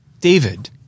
David